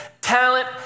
talent